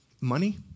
money